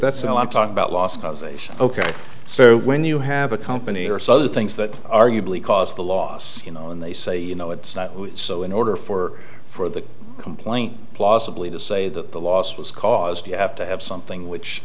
that's all i'm talking about last causation ok so when you have a company or some other things that arguably caused the loss you know and they say you know it's not so in order for for the complaint plausibly to say that the loss was caused you have to have something which